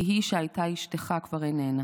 כי היא שהייתה אשתך כבר איננה.